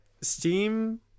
Steam